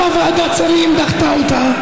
השבוע כולם דיברו על ההסתה בעקבות התאריך של רצח רבין,